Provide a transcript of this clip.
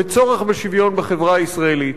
וצורך בשוויון בחברה הישראלית.